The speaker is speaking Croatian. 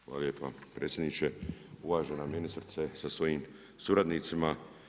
Hvala lijepa predsjedniče, uvažena ministrice sa svojim suradnicima.